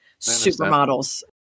supermodels